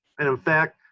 and in fact,